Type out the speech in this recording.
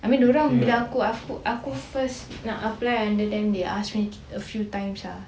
I mean diorang bila aku first nak apply under them they ask me a few time ah